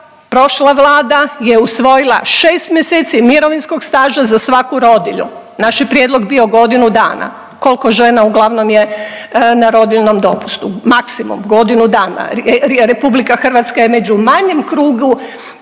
prošla Vlada je usvojila šest mjeseci mirovinskog staža za svaku rodilju, naš je prijedlog godinu dana kolko žena uglavnom je na rodiljnom dopustu, maksimum godinu dana. RH je među manjem krugu